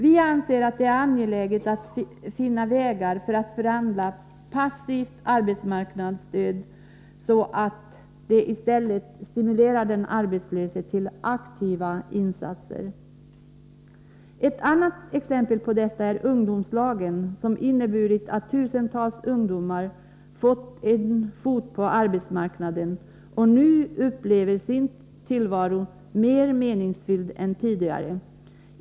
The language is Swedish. Vi anser att det är angeläget att finna vägar för att förvandla passivt arbetsmarknadsstöd så att det i stället stimulerar den arbetslöse till aktiva insatser. Ett annat exempel på detta är ungdomslagen, som har inneburit att tusentals ungdomar fått in en fot på arbetsmarknaden och nu upplever sin tillvaro mer meningsfylld än tidigare.